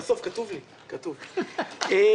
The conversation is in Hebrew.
מייד.